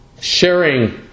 sharing